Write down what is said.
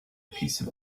piece